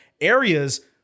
areas